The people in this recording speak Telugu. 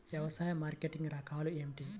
వ్యవసాయ మార్కెటింగ్ రకాలు ఏమిటి?